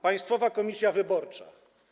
Państwowa Komisja Wyborcza.